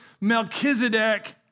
Melchizedek